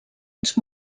ens